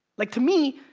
like to me,